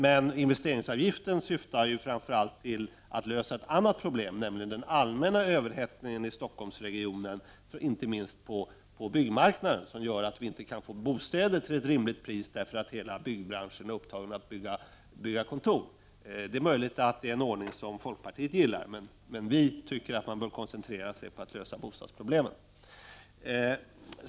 Men investeringsavgiften syftar ju framför allt till att lösa ett annat problem, nämligen den allmänna överhettning i Stockholmsregionen inte minst på byggmarknaden som gör att vi inte kan få bostäder till ett rimligt pris därför att hela branschen är upptagen med att bygga kontor. Det är möjligt att det är en ordning som folkpartiet gillar, men vi tycker att man bör koncentrera sig på att lösa bostadsproblemen.